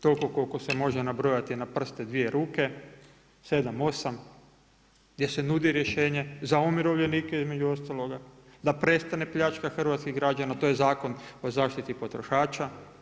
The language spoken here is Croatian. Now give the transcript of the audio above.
Toliko koliko se može nabrojati na prste 2 ruke, 7, 8 gdje se nudi rješenje za umirovljenike između ostaloga, da prestane pljačkati hrvatske građane, a to je Zakon o zaštiti potrošača.